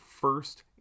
first